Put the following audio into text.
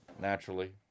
Naturally